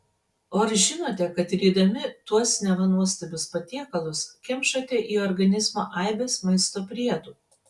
o ar žinote kad rydami tuos neva nuostabius patiekalus kemšate į organizmą aibes maisto priedų